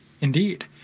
indeed